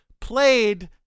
played